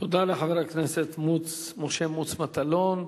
תודה לחבר הכנסת משה מוץ מטלון.